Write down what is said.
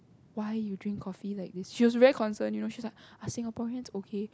why you drink coffee like this she was very concerned you know she's like are Singaporeans okay